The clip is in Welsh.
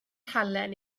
halen